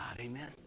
Amen